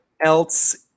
else